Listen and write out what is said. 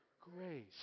Grace